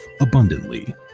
abundantly